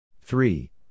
Three